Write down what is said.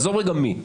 עזוב רגע מי.